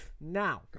Now